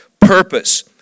purpose